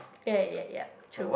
ya ya ya true